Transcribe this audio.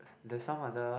there's some other